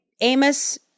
amos